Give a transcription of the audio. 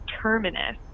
Terminus